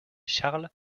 charles